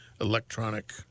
electronic